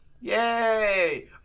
Yay